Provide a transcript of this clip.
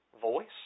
voice